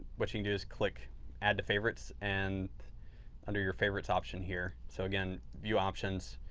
what you can do is click add to favorites and under your favorites option here. so again, view options,